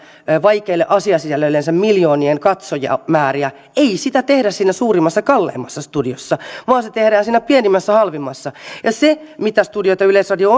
vaikeille asiasisällöillensä miljoonien katsojamääriä tehdä siinä suurimmassa ja kalleimmassa studiossa vaan se tehdään siinä pienimmässä halvimmassa ja sillä mitä studioita yleisradio